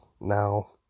now